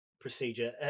procedure